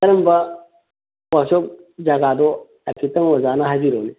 ꯀꯔꯝꯕ ꯋꯥꯛꯁꯣꯞ ꯖꯒꯥꯗꯨ ꯍꯥꯏꯐꯦꯠꯇꯪ ꯑꯣꯖꯥꯅ ꯍꯥꯏꯕꯤꯔꯛꯑꯣꯅꯦ